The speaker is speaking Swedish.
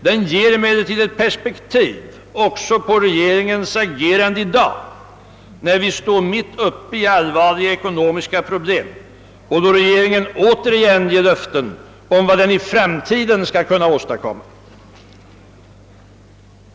Den ger emellertid ett perspektiv också på regeringens agerande i dag när vi står mitt uppe i allvarliga ekonomiska problem och när regeringen återigen ger löften om vad den i framtiden skall kunna åstadkomma.